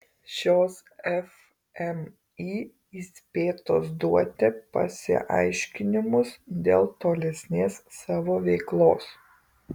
šios fmį įspėtos duoti pasiaiškinimus dėl tolesnės savo veiklos